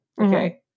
Okay